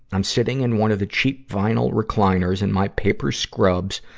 i'm sitting in one of the cheap, vinyl recliners and my paper scrubs,